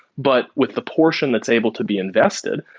but with the portion that's able to be invested,